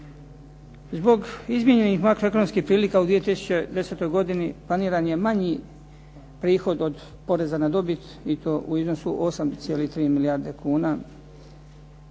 Zbog izmijenjenih makro-ekonomskih prilika u 2010. godini planiran je manji prihod od poreza na dobit i to u iznosu 8,3 milijarde kuna